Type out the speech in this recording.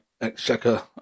Exchequer